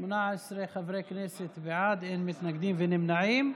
נתקבלה 18 חברי כנסת בעד, אין מתנגדים ונמנעים.